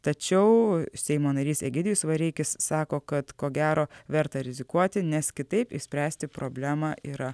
tačiau seimo narys egidijus vareikis sako kad ko gero verta rizikuoti nes kitaip išspręsti problemą yra